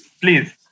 Please